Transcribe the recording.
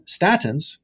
Statins